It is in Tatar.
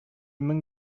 мең